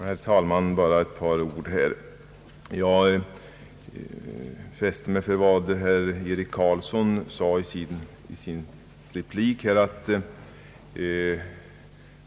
Herr talman! Jag vill bara säga ett par ord. Jag fäste mig vid vad herr Eric Carlsson framhöll i sin replik.